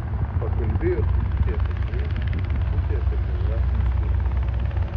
pakalbėjo truputį apie keiną truputį apie biografinius filmus